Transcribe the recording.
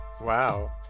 Wow